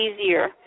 easier